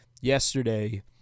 Yesterday